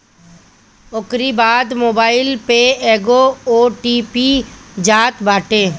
ओकरी बाद मोबाईल पे एगो ओ.टी.पी जात बाटे